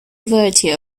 virtue